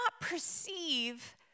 perceive